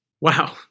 Wow